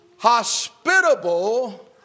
hospitable